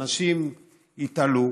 אנשים יתעלו,